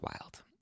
wild